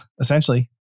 essentially